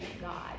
God